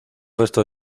resto